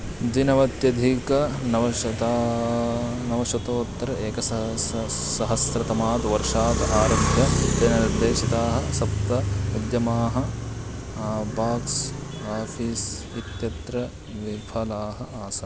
द्विनवत्यधिकनवशतं नवशतोत्तर एकसहस्र सहस्रतमात् वर्षात् आरभ्य तेन दिनर्देशिताः सप्त उद्यमाः बाक्स् आफ़ीस् इत्यत्र विफलाः आसन्